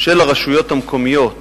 של הרשויות המקומיות